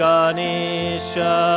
Ganisha